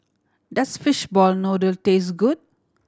does fish ball noodle taste good